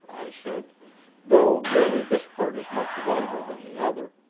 i said though really this part is much longer than the other.